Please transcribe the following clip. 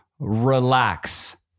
Relax